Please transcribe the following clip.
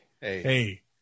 hey